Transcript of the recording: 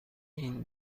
این